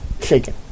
shaken